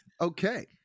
Okay